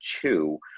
two